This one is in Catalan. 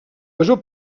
major